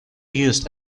used